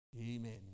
Amen